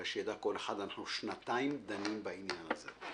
אלא שיידע כל אחד: אנחנו שנתיים דנים בעניין הזה.